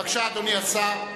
בבקשה, אדוני השר.